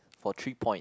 for three point